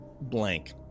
Blank